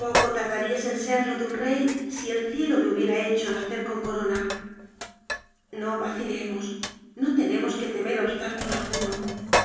poco tardarías en serlo de un rey si el cielo me hubiera hecho nacer con corona no vacile mos no tenemos que temer obstáculo alguno